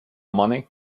money